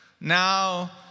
Now